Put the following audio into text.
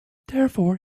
therefore